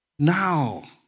Now